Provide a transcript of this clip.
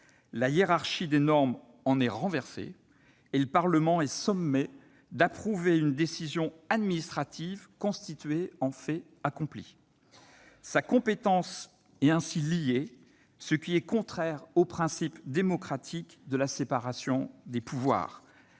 La hiérarchie des normes en est renversée et le Parlement est sommé d'approuver une décision administrative constituée en fait accompli. Sa compétence est ainsi liée, ce qui est contraire au principe démocratique de la séparation des pouvoirs.